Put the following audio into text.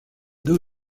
deux